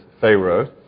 Pharaoh